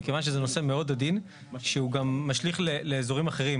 כיוון שזה נושא מאוד עדין שהוא גם משליך לאזורים אחרים.